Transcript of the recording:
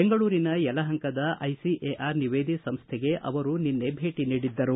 ಬೆಂಗಳೂರಿನ ಯಲಹಂಕದ ICAR NIVEDI ಸಂಸ್ಟೆಗೆ ಅವರು ನಿನ್ನೆ ಭೇಟಿ ನೀಡಿದರು